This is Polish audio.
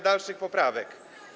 dalszych poprawek.